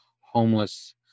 homeless